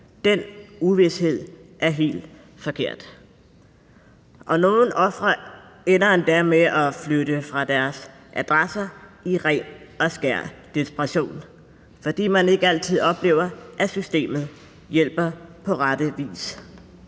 Den uvished er helt forkert. Der er endda nogle ofre, der ender med at flytte fra deres adresse i ren og skær desperation, fordi de ikke altid oplever, at systemet hjælper på rette vis.